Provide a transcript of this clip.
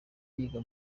yiga